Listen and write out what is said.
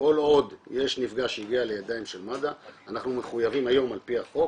כל עוד יש נפגע שהגיע לידיים של מד"א אנחנו חייבים היום על פי החוק